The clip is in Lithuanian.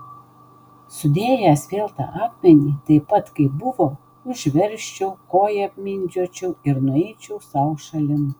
sudėjęs vėl tą akmenį taip pat kaip buvo užversčiau koja apmindžiočiau ir nueičiau sau šalin